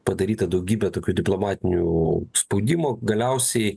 padaryta daugybė tokių diplomatinių spaudimų galiausiai